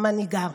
המנהיגה,